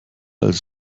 als